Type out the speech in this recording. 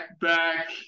back